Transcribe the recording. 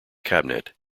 cabinet